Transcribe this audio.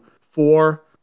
four